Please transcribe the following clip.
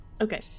Okay